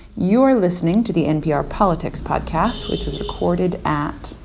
you're listening to the npr politics podcast, which was recorded at.